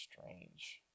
Strange